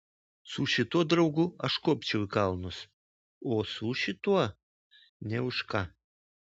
su šituo draugu aš kopčiau į kalnus o su šituo nė už ką